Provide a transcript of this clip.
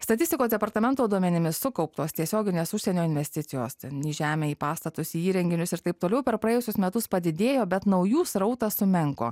statistikos departamento duomenimis sukauptos tiesioginės užsienio investicijos ten į žemę į pastatus į įrenginius ir taip toliau per praėjusius metus padidėjo bet naujų srautas sumenko